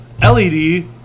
LED